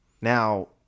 Now